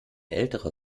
ältere